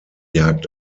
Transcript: jagd